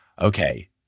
Okay